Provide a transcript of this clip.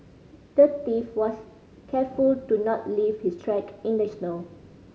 the thief was careful to not leave his track in the snow